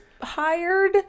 hired